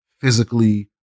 physically